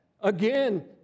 Again